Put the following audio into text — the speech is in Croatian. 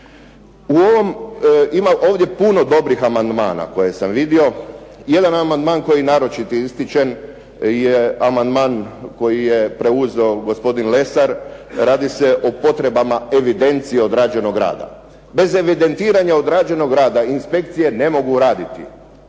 nivou. Ima ovdje puno dobrih amandmana koje sam vidio, jedan amandman koji naročito ističem je amandman koji je preuzeo gospodin Lesar radi se o potrebama evidencije odrađenog rada. Bez evidentiranja odrađenog rada inspekcije ne mogu raditi,